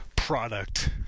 product